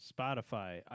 Spotify